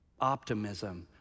optimism